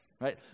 right